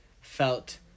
felt